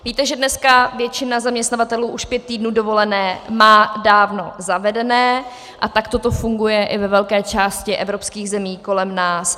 Víte, že dneska většina zaměstnavatelů už pět týdnů dovolené má dávno zavedených a takto to funguje i ve velké části evropských zemí kolem nás.